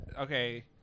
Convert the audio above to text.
Okay